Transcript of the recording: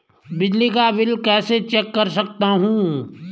बिजली का बिल कैसे चेक कर सकता हूँ?